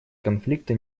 конфликта